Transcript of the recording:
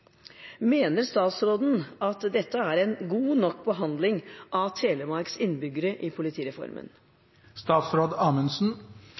Mener statsråden at dette er en god nok behandling av Telemarks innbyggere i politireformen?